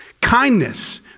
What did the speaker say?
kindness